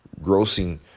grossing